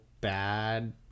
bad